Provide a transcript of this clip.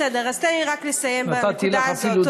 בסדר, אז תן לי רק לסיים בנקודה הזאת.